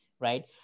right